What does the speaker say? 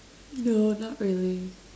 no not really